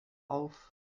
auf